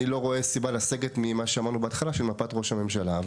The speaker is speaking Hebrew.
אני לא רואה סיבה לסגת ממה שאמרנו בהתחלה שמפת ראש הממשלה.